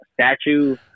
statue